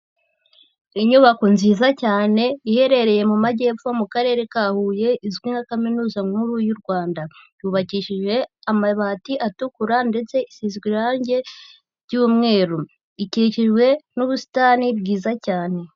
Inyubako nziza cyane, iherereye mu majyepfo mu karere ka Huye izwi nka kaminuza nkuru y'u Rwanda, yubakishi amabati atukura ndetse isizwe irangi ry'umweru, ikikijwe n'ubusitani bwiza cyane.